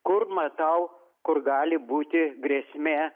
kur matau kur gali būti grėsmė